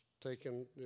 taken